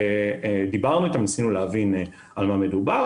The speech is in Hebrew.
דיברנו איתם, ניסינו להבין על מה מדובר.